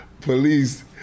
Police